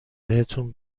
بهتون